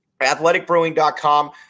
athleticbrewing.com